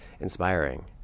inspiring